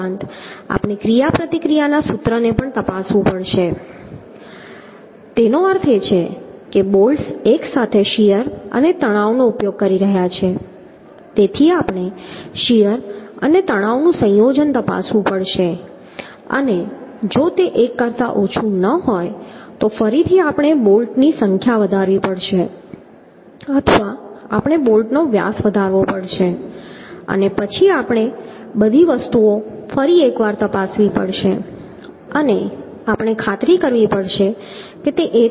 આ ઉપરાંત આપણે ક્રિયાપ્રતિક્રિયાના સૂત્રને પણ તપાસવું પડશે તેનો અર્થ એ છે કે બોલ્ટ્સ એકસાથે શીયર અને તણાવનો ઉપયોગ કરી રહ્યા છે તેથી આપણે શીયર અને તણાવનું સંયોજન તપાસવું પડશે અને જો તે 1 કરતા ઓછું ન હોય તો ફરીથી આપણે બોલ્ટની સંખ્યા વધારવી પડશે અથવા આપણે બોલ્ટનો વ્યાસ વધારવો પડશે અને પછી આપણે બધી વસ્તુઓ ફરી એકવાર તપાસવી પડશે અને આપણે ખાતરી કરવી પડશે કે તે 1 કરતા ઓછું આવે છે